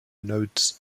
notes